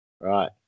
Right